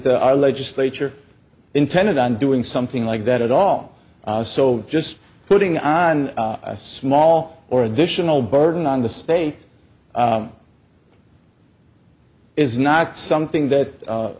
the our legislature intended on doing something like that at all so just putting on a small or additional burden on the state is not something that